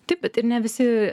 taip bet ir ne visi